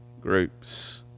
groups